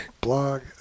blog